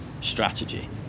strategy